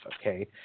okay